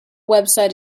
website